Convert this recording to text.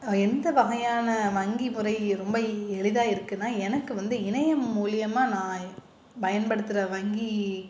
எந்த வகையான வங்கி முறை ரொம்ப எளிதாக இருக்குதுனா எனக்கு வந்து இணையம் மூலயமா நான் பயன்படுத்துகிற வங்கி